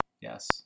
yes